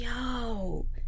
yo